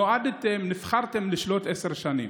נועדתם, נבחרתם לשלוט עשר שנים.